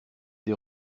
des